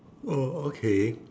oh okay